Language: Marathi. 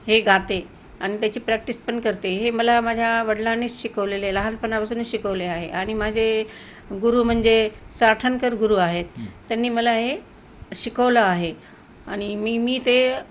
हे गाते आणि त्याची प्रॅक्टिस पण करते हे मला माझ्या वडलांनेच शिकवलेले लहानपणापासूनच शिकवले आहे आणि माझे गुरु म्हणजे सारठनकर गुरू आहेत त्यांनी मला हे शिकवलं आहे आणि मी मी ते